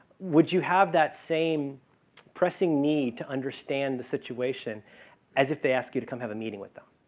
would you have that same pressing need to understand the situation as if they asked you to come have a meeting with them.